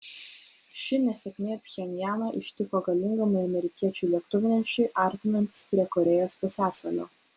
ši nesėkmė pchenjaną ištiko galingam amerikiečių lėktuvnešiui artinantis prie korėjos pusiasalio